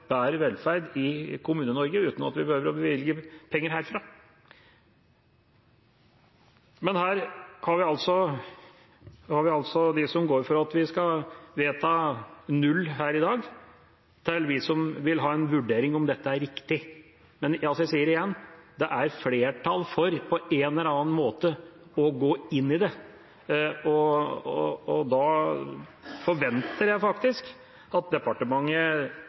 bedre velferd i Kommune-Norge uten at vi behøver å bevilge penger herfra. Men her har vi altså de som går for at vi skal vedta 0 her i dag, og de som vil ha en vurdering av om dette er riktig. Men jeg sier det igjen: Det er flertall for på en eller annen måte å gå inn i det. Da forventer jeg faktisk at departementet